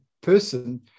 person